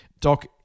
Doc